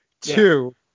Two